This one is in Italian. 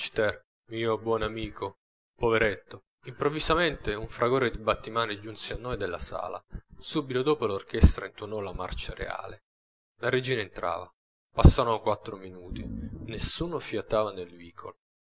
mio buon amico poveretto improvvisamente un fragore di battimani giunse a noi dalla sala subito dopo l'orchestra intuonò la marcia reale la regina entrava passarono quattro minuti nessuno fiatava nel vicolo